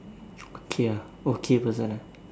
okay ya okay person ah